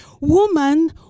Woman